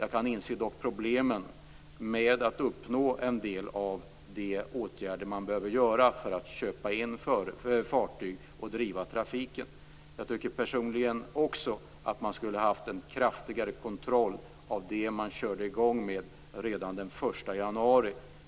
Jag kan dock inse problemen med att uppnå en del av det som behöver göras för att köpa in fartyg och driva trafiken. Jag tycker personligen att man skulle ha haft en kraftigare kontroll av det man körde igång med redan den 1 januari.